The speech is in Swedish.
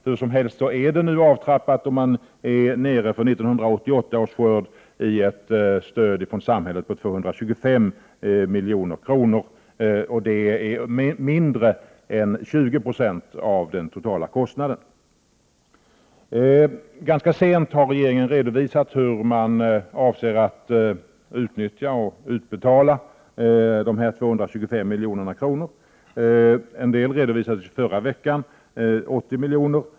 Hur som helst har det nu blivit en avtrappning, och beträffande 1988 års skörd är man nere vid ett stöd från samhället på 225 milj.kr., vilket är mindre än 20 20 av den totala kostnaden. Ganska sent har regeringen redovisat hur man avser att utnyttja och utbetala dessa 225 milj.kr. 80 milj.kr. redovisades förra veckan.